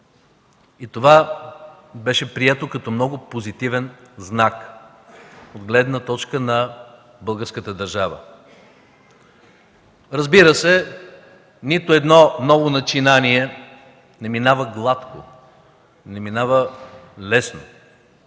Това беше прието като много позитивен акт от гледна точка на българската държава. Разбира се, нито едно ново начинание не минава гладко, не минава лесно.